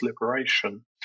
liberation